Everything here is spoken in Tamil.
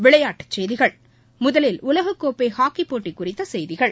விளையாட்டுச்செய்திகள் முதலில் உலகக்கோப்பை ஹாக்கிப்போட்டி குறித்த செய்திகள்